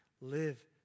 Live